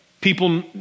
People